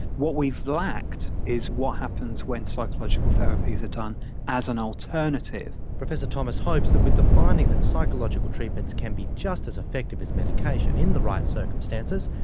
what we have lacked is what happens when psychological therapies are done as an alternative. professor thomas hopes that with the finding that psychological treatments can be just as effective as medication in the right circumstances,